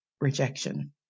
rejection